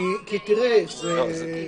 זה כן חשוב